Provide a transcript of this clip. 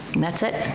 and that's it.